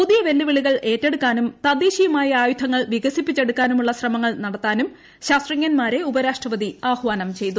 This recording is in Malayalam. പുതിയ വെല്ലുവിളികൾ ഏറ്റെടുക്കാനും തദ്ദേശീയമായ ആയുധങ്ങൾ വികസിപ്പിച്ചെടുക്കാനുള്ള ശ്രമങ്ങൾ നടത്താനും ശാസ്ത്രജ്ഞന്മാരെ ഉപരാഷ്ട്രപതി ആഹ്വാനം ചെയ്തു